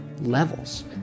levels